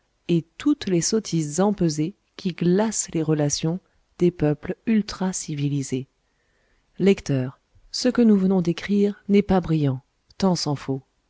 et toutes les sottises empesées qui glacent les relations des peuples ultra civilisés lecteur ce que nous venons d'écrire n'est pas brillant tant s'en faut